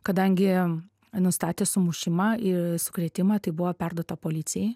kadangi nustatė sumušimą sukrėtimą tai buvo perduota policijai